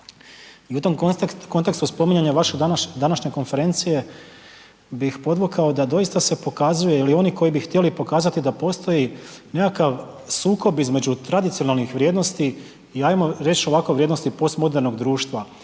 i u tom kontekstu vaše današnje konferencije bih podvukao da doista pokazuje ili oni koji bi htjeli pokazati da postoji nekakav sukob između tradicionalnih vrijednosti i ajmo reći ovakve vrijednosti postmodernog društva.